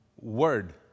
Word